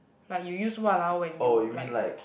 like you use !walao! when you like